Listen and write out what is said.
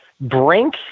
Brink